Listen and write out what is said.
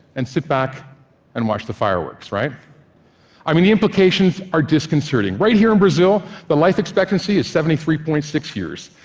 and sit back and watch the fireworks. i mean the implications are disconcerting. right here in brazil, the life expectancy is seventy three point six years.